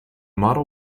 model